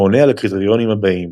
העונה על הקריטריונים הבאים